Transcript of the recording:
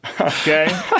Okay